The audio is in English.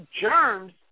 germs